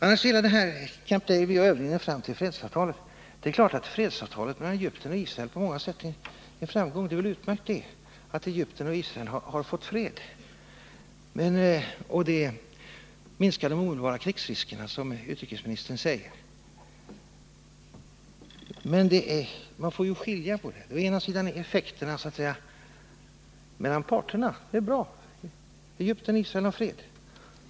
När det gäller Camp David och överläggningarna fram till fredsavtalet, så är naturligtvis detta fredsavtal mellan Egypten och Israel på många sätt en framgång. Det är väl utmärkt att Egypten och Israel fått fred. Det minskade de omedelbara krigsriskerna, som utrikesministern säger. Men man får göra en skillnad här. Den ena delen gäller effekterna mellan parterna; det är bra att Egypten och Israel har fred.